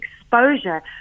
exposure